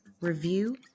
review